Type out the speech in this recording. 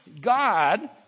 God